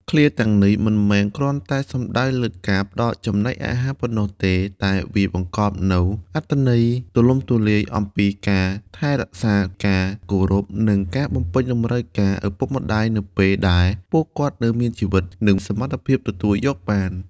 ឃ្លាទាំងនេះមិនមែនគ្រាន់តែសំដៅលើការផ្តល់ចំណីអាហារប៉ុណ្ណោះទេ តែវាបង្កប់នូវអត្ថន័យទូលំទូលាយអំពីការថែរក្សា ការគោរព និងការបំពេញតម្រូវការឪពុកម្តាយនៅពេលដែលពួកគាត់នៅមានជីវិត និងសមត្ថភាពទទួលយកបាន។